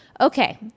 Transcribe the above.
Okay